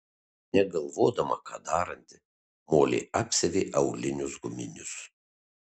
negalvodama ką daranti molė apsiavė aulinius guminius